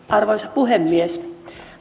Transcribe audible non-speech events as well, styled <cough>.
<unintelligible> arvoisa puhemies